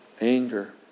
anger